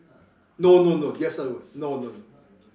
no no no no no no